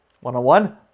one-on-one